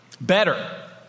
Better